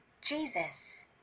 Jesus